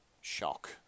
Shock